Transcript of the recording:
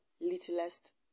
littlest